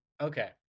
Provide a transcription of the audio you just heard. Okay